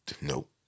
Nope